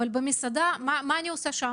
אבל מה אני עושה במסעדה?